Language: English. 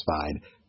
satisfied